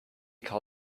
call